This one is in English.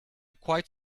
quite